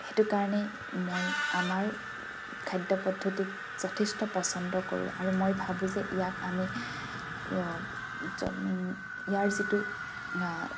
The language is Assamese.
সেইটোকাৰণেই মই আমাৰ খাদ্য পদ্ধতিক যথেষ্ট পচন্দ কৰোঁ আৰু মই ভাবোঁ যে ইয়াক আমি ইয়াৰ যিটো